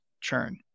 churn